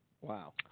Wow